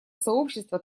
сообщества